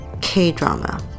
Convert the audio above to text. K-drama